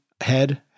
head